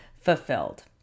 fulfilled